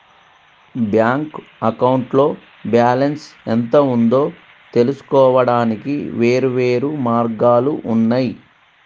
bank అకౌంట్లో balance ఎంత ఉందో తెలుసుకోవడానికి వేర్వేరు మార్గాలు ఉన్నయి